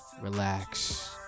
relax